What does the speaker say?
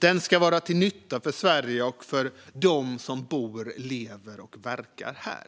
Den ska vara till nytta för Sverige och för dem som bor, lever och verkar här.